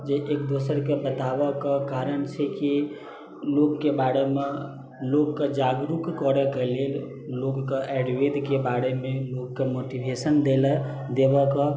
जे एक दोसरके बताबैके कारण छै कि लोकके बारेमे लोकके जागरूक करैके लेल लोकके आयुर्वेदके बारेमे लोकके मोटिवेशन देलक देबऽके